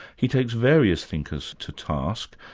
he takes various thinkers to task,